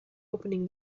opening